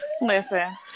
Listen